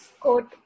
quote